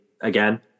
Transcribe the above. again